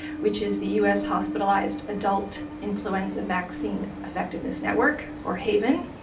which is the us hospitalized adult influenza vaccine effectiveness network, or haven,